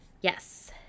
yes